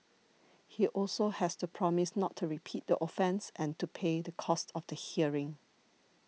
he also has to promise not to repeat the offence and to pay the cost of the hearing